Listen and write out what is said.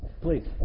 Please